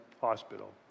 hospital